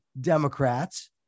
Democrats